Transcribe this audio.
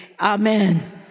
Amen